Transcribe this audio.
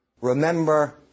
Remember